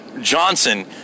Johnson